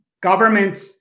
government